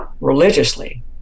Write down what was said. religiously